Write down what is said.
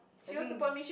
I think